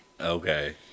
Okay